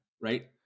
Right